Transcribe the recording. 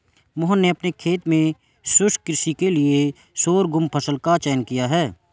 मोहन ने अपने खेत में शुष्क कृषि के लिए शोरगुम फसल का चयन किया है